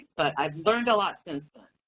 but i've learned a lot since then.